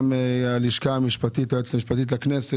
גם היועצת המשפטית לכנסת,